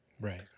Right